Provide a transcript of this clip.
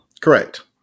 Correct